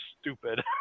stupid